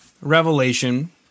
revelation